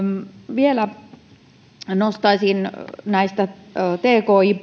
vielä nostaisin nämä tki